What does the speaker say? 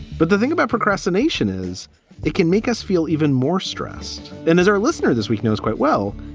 but the thing about procrastination is it can make us feel even more stressed. then, as our listener this week knows quite well,